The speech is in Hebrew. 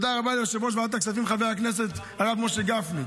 תודה רבה ליושב ראש ועדת הכספים חבר הכנסת הרב משה גפני,